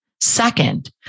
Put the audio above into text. Second